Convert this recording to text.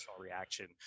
reaction